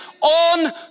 on